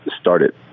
started